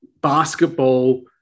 basketball